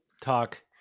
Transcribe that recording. talk